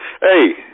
Hey